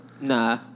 Nah